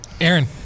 Aaron